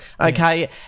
Okay